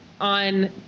on